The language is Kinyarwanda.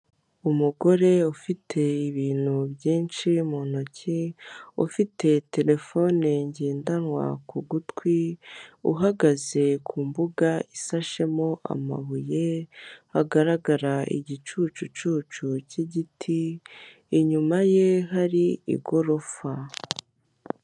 Umugore ufite ibintu byinshi mu ntoki, ufite terefone ngendanwa ku gutwi, uhagaze ku mbuga isashemo amabuye hagaragara igicucucucu k'igiti inyuma ye hari igorofa.